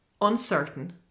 uncertain